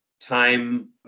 time